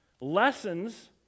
Lessons